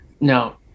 no